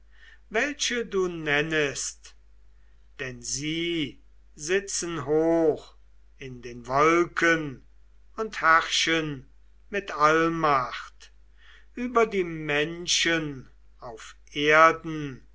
welche du nennest denn sie sitzen hoch in den wolken und herrschen mit allmacht über die menschen auf erden